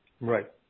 Right